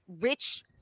rich